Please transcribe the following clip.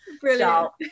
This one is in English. Brilliant